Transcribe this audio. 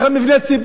אין לך כבישים,